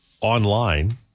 online